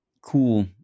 cool